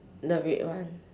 the red one